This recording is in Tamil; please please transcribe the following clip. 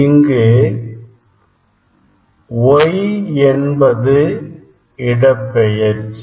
Y என்பது இடப்பெயர்ச்சி